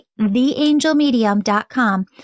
theangelmedium.com